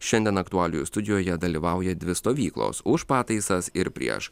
šiandien aktualijų studijoje dalyvauja dvi stovyklos už pataisas ir prieš